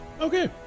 Okay